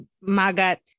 Magat